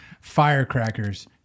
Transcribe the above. firecrackers